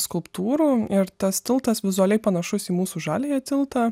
skulptūrų ir tas tiltas vizualiai panašus į mūsų žaliąją tiltą